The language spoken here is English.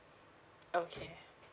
okay